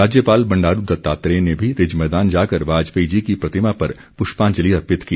राज्यपाल बंडारू दत्तात्रेय ने भी रिज मैदान जाकर वाजपेयी जी की प्रतिमा पर पुष्पांजलि अर्पित की